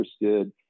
interested